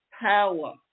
power